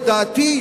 לדעתי,